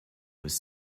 was